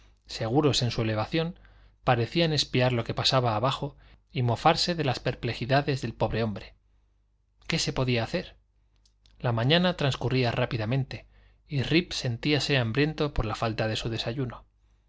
seguros en su elevación parecían espiar lo que pasaba abajo y mofarse de las perplejidades del pobre hombre qué se podía hacer la mañana transcurría rápidamente y rip sentíase hambriento por la falta de su desayuno